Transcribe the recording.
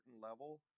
level